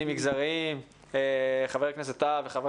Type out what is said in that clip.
חבר הכנסת טאהא וחברת הכנסת סאלח,